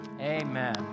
Amen